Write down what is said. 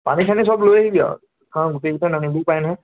পানী চানী সব লৈ আহিবি আৰু হা গোটেইকেইটাই নানিবও পাৰে নহয়